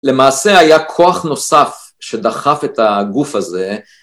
למעשה היה כוח נוסף שדחף את הגוף הזה.